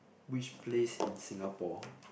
which place in Singapore